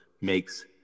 makes